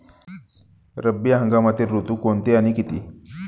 रब्बी हंगामातील ऋतू कोणते आणि किती?